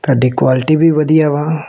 ਤੁਹਾਡੀ ਕੁਆਲਿਟੀ ਵੀ ਵਧੀਆ ਵਾ